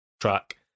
track